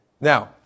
Now